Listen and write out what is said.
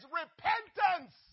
repentance